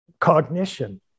Cognition